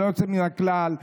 ללא יוצא מן הכלל,